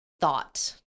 thought